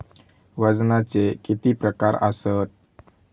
वजनाचे किती प्रकार आसत?